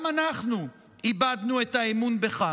גם אנחנו איבדנו את האמון בך.